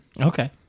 Okay